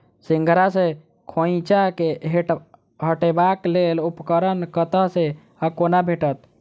सिंघाड़ा सऽ खोइंचा हटेबाक लेल उपकरण कतह सऽ आ कोना भेटत?